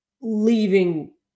leaving